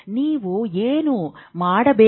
ನೀವು ಏನು ಮಾಡಬೇಕೆಂದು ನೀವು ನಿರ್ಧರಿಸಬೇಕು